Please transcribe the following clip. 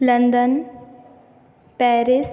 London Paris